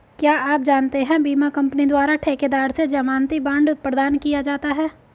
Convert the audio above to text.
क्या आप जानते है बीमा कंपनी द्वारा ठेकेदार से ज़मानती बॉण्ड प्रदान किया जाता है?